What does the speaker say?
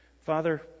Father